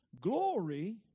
Glory